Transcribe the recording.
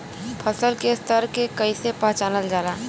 फसल के स्तर के कइसी पहचानल जाला